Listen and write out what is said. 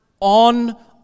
on